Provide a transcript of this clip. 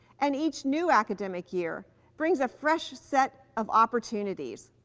and each new academic year brings a fresh set of opportunities.